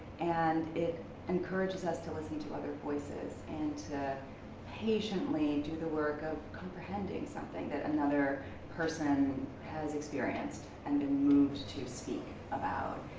and it encourages us to listen to other voices and to patiently do the work of comprehending something that another person has experienced and been moved to speak about.